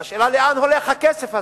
והשאלה היא: לאן הולך הכסף הזה?